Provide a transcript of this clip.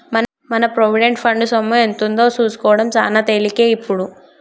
మన provident fund సొమ్ము ఎంతుందో సూసుకోడం సాన తేలికే ఇప్పుడు